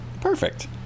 perfect